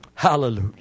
Hallelujah